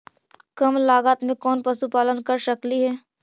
कम लागत में कौन पशुपालन कर सकली हे?